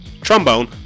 Trombone